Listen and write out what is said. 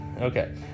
Okay